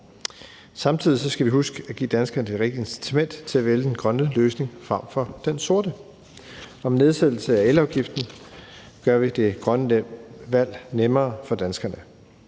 Samtidig skal vi huske at give danskerne det rigtige incitament til at vælge den grønne løsning frem for den sorte, og med nedsættelsen af elafgiften gør vi det grønne valg nemmere for danskerne.